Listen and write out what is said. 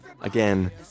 again